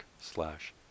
slash